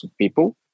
people